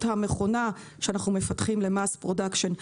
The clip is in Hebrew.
המכונה שאנחנו מפתחים ל-mass production.